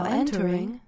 entering